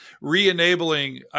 re-enabling